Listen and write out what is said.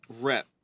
rep